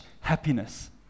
happiness